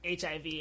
HIV